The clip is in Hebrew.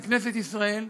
כנסת ישראל,